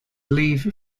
leave